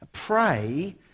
Pray